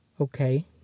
okay